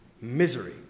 misery